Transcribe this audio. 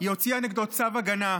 היא הוציאה נגדו צו הגנה,